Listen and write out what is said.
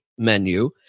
menu